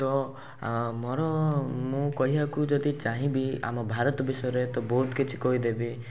ତ ମୋର ମୁଁ କହିବାକୁ ଯଦି ଚାହିଁବି ଆମ ଭାରତ ବିଷୟରେ ତ ବହୁତ କିଛି କହିଦେବି